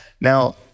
Now